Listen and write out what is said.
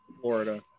Florida